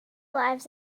lives